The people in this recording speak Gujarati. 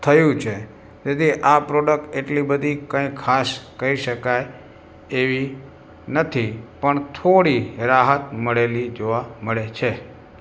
થયું છે તેથી આ પ્રોડક્ટ એટલી બધી કંઇ ખાસ કહી શકાય એવી નથી પણ થોડી રાહત મળેલી જોવા મળે છે